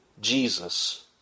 Jesus